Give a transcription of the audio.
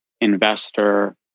investor